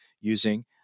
using